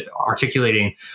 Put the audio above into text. articulating